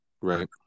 Right